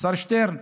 השר שטרן,